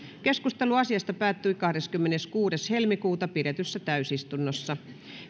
keskustelu asiasta päättyi kahdeskymmeneskuudes toista kaksituhattayhdeksäntoista pidetyssä täysistunnossa